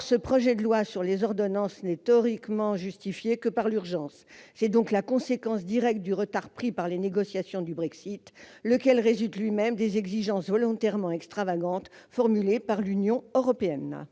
Ce projet de loi sur les ordonnances n'est théoriquement justifié que par l'urgence. C'est donc la conséquence directe du retard pris par les négociations du Brexit, lequel résulte lui-même des exigences volontairement extravagantes formulées par l'Union européenne.